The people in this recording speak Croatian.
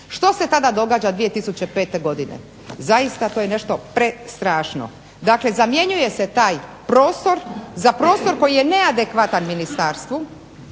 Što se tada događa 2005. godine, zaista to je nešto prestrašno, dakle zamjenjuje se taj prostor za prostor koji je neadekvatan ministarstvu,